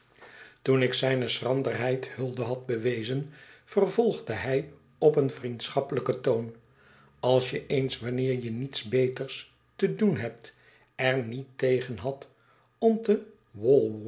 toen ik zijne schranderheid hulde had bewezen vervolgde hij op een vriendschappelijken toon als je eens wanneer je niets beters te doen hebt er niet tegen hadt om te